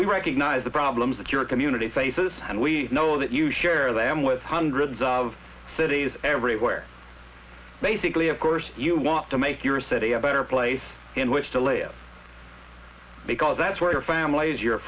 we recognize the problems that your community faces and we know that you share them with hundreds of cities everywhere basically of course you want to make your city a better place in which to live because that's where your families your